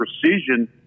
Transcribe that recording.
precision